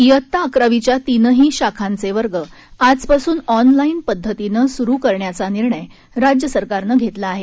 ञेत्ता अकरावीच्या तीनही शाखांचे वर्ग आजपासून ऑनलाईन पद्धतीने सुरू करण्याचा निर्णय राज्य सरकारनं घेतला आहे